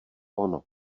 ono